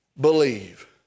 believe